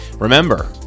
Remember